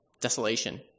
desolation